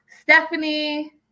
Stephanie